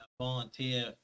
volunteer